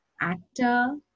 actor